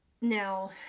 Now